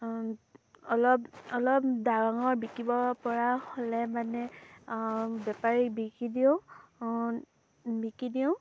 অলপ অলপ ডাঙৰ বিকিব পৰা হ'লে মানে বেপাৰীক বিকি দিওঁ বিকি দিওঁ